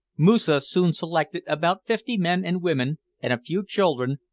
moosa soon selected about fifty men and women and a few children,